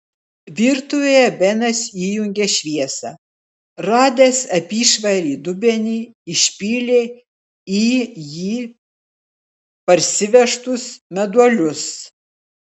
virtuvėje benas įjungė šviesą radęs apyšvarį dubenį išpylė į jį parsivežtus meduolius